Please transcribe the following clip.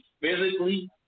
physically